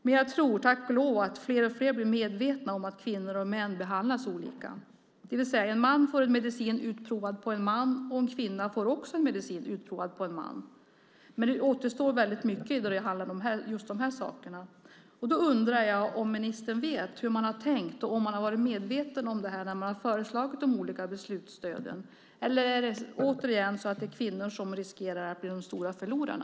Men jag tror, tack och lov, att fler och fler blir medvetna om att kvinnor och män behandlas olika, det vill säga att en man får en medicin utprovad på en man och en kvinna får också en medicin utprovad på en man. Men det återstår mycket när det handlar om dessa saker. Jag undrar om ministern vet hur man har tänkt och om man har varit medveten om detta när man har föreslagit de olika beslutsstöden. Eller är det återigen så att kvinnor riskerar att bli de stora förlorarna?